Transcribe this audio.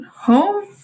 home